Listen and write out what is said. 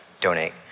donate